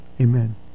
Amen